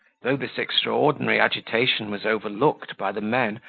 though this extraordinary agitation was overlooked by the men,